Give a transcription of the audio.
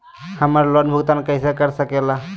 हम्मर लोन भुगतान कैसे कर सके ला?